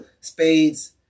spades